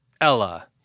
Ella